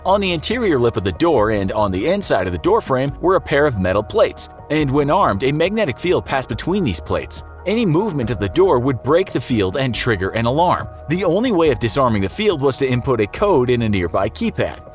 on the interior lip of the door and on the inside of the door frame were a pair of metal plates, and when alarmed a magnetic field passed between the plates. any movement of the door would break the field and trigger an and alarm. the only way of disarming the field was to input a code in a nearby keypad.